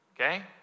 Okay